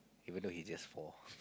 even though he's just four